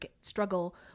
struggle